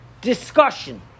discussion